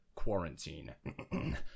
quarantine